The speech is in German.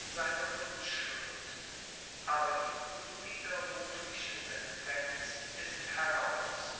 seine unschuld aber die unwiderrufliche sentenz ist heraus